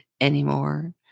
anymore